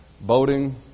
boating